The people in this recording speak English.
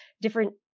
different